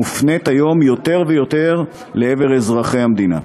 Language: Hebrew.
מופנית היום יותר ויותר לעבר אזרחי המדינה.